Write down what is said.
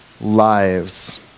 lives